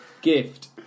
gift